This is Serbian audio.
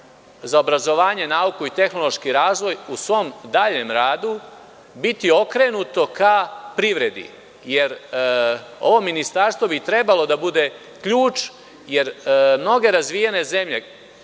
za obrazovanje nauku i tehnološki razvoj u svom daljem radu biti okrenuto ka privredi. Ovo ministarstvo bi trebalo da bude ključ, jer mnoge razvijene zemlje